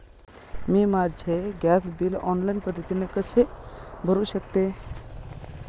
मी माझे gas bill online पद्धतीने कसे भरु शकते?